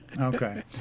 Okay